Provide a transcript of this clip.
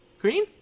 Green